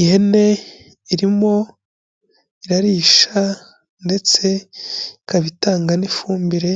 Ihene irimo irarisha, ndetse ikaba itanga n'ifumbire,